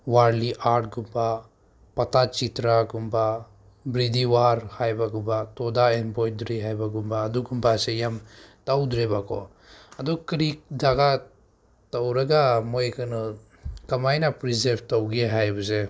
ꯋꯥꯔꯂꯤ ꯑꯥꯔꯠꯀꯨꯝꯕ ꯄꯥꯇꯥ ꯆꯤꯇ꯭ꯔꯥꯒꯨꯝꯕ ꯕ꯭ꯔꯤꯗꯤ ꯋꯥꯔ ꯍꯥꯏꯕꯒꯨꯝꯕ ꯇꯣꯗꯥ ꯑꯦꯝꯕꯣꯏꯗ꯭ꯔꯤ ꯍꯥꯏꯕꯒꯨꯝꯕ ꯑꯗꯨꯒꯨꯝꯕꯁꯦ ꯌꯥꯝ ꯇꯧꯗ꯭ꯔꯦꯕꯀꯣ ꯑꯗꯨ ꯀꯔꯤ ꯖꯥꯒꯥ ꯇꯧꯔꯒ ꯃꯣꯏ ꯀꯩꯅꯣ ꯀꯃꯥꯏꯅ ꯄ꯭ꯔꯤꯖꯥꯚ ꯇꯧꯒꯦ ꯍꯥꯏꯕꯁꯦ